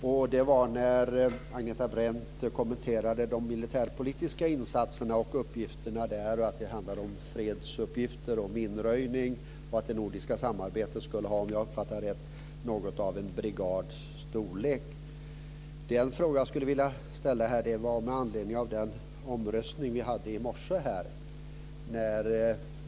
Fru talman! Jag har en ytterligare fråga. Agneta Brendt kommenterade de militärpolitiska insatserna och uppgifterna. Hon sade att det handlar om fredsuppgifter och minröjning och att det nordiska samarbetet skulle ha, om jag uppfattade det rätt, något av en brigads storlek. Den fråga jag vill ställa är med anledning av den omröstning vi hade i morse här i kammaren.